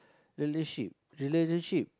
relationship relationship